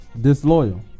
disloyal